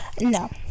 no